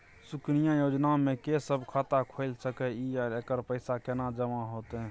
सुकन्या योजना म के सब खाता खोइल सके इ आ एकर पैसा केना जमा होतै?